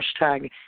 hashtag